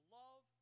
love